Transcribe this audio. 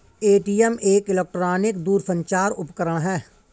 ATM एक electronic दूरसंचार उपकरण है